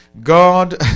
God